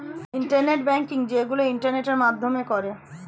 internet banking যেইগুলো ইন্টারনেটের মাধ্যমে করে